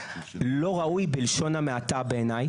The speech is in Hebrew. לא ראוי בלשון המעטה בעיניי.